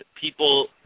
people